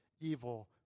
evil